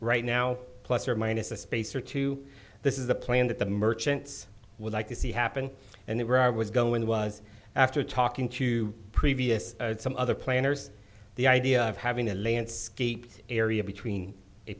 right now plus or minus a space or two this is the plan that the merchants would like to see happen and they were i was going was after talking to previous some other planners the idea of having a landscape area between a